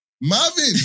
Marvin